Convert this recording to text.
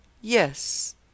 Yes